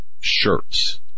shirts